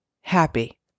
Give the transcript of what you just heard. happy